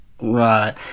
Right